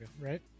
right